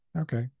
Okay